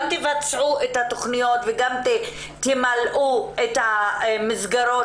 גם תבצעו את התכניות וגם תמלאו את המסגרות